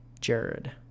jared